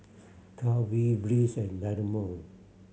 Calbee Breeze and Dynamo